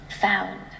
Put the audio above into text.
found